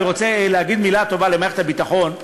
אני רוצה להגיד מילה טובה למערכת הביטחון.